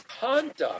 conduct